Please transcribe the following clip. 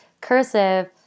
cursive